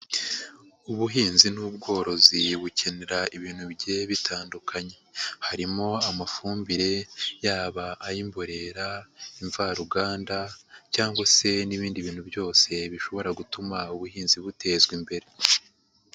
Ubuhinzi n'ubworozi bukenera ibintu bigiye bitandukanye, harimo amafumbire yaba ay'imborera, imvaruganda ,cyangwa se n'ibindi bintu byose, bishobora gutuma ubuhinzi butezwa imbere.